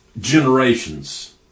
generations